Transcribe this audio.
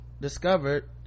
discovered